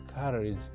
courage